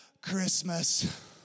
Christmas